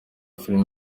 filime